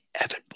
Evan